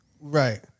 Right